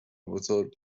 بزرگ